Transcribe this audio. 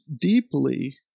deeply